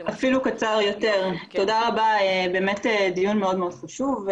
אפילו קצר יותר, תודה רבה באמת דיון מאוד חשוב.